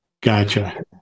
Gotcha